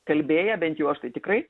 kalbėję bent jau aš tai tikrai